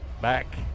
Back